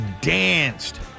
danced